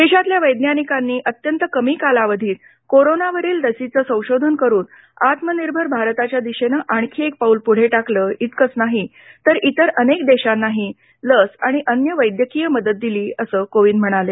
देशातल्या वैद्यानिकांनी अत्यंत कमी कालावधीत कोरोनावरील लसीचं संशोधन करून आत्मनिर्भर भारताच्या दिशेनं आणखी एक पाऊल पुढे टाकलं इतकंच नाही तर इतर अनेक देशांनाही लस आणि अन्य वैद्यकीय मदत दिली असं कोविंद म्हणाले